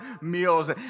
meals